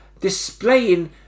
displaying